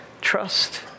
Trust